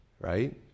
Right